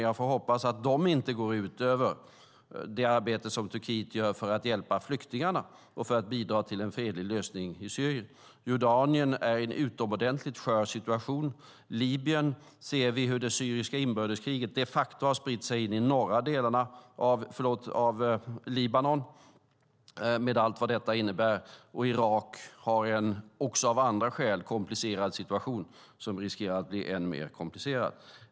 Jag får hoppas att de inte går ut över det arbete som Turkiet gör för att hjälpa flyktingarna och för att bidra till en fredlig lösning i Syrien. Jordanien är i en utomordentligt skör situation. I Libanon ser vi hur det syriska inbördeskriget de facto har spridit sig i de norra delarna av Libanon med allt vad detta innebär. Irak har också av andra skäl en komplicerad situation som riskerar att bli än mer komplicerad.